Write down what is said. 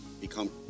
become